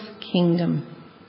kingdom